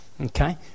Okay